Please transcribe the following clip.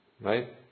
right